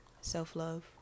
self-love